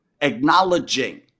acknowledging